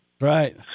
Right